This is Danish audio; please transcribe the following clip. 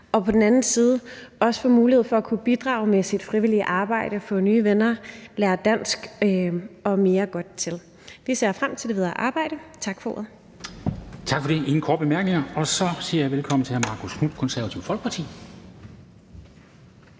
og på den anden side også giver mulighed for, at man kan bidrage med sit frivillige arbejde, få nye venner, lære dansk og mere godt til. Vi ser frem til det videre arbejde. Tak for ordet. Kl. 14:01 Formanden (Henrik Dam Kristensen): Tak for det. Der er ingen korte bemærkninger. Så siger jeg velkommen til hr. Marcus Knuth, Konservative Folkeparti.